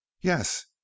yes